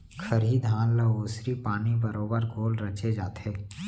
खरही धान ल ओसरी पानी बरोबर गोल रचे जाथे